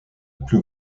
plus